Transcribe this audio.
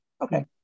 Okay